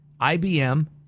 IBM